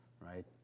right